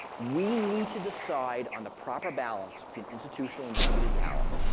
we need to decide on the proper balance between institutional and distributed power,